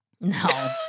No